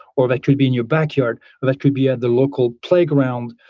or that could be in your back yard, that could be in the local playground,